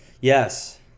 Yes